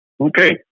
Okay